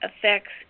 affects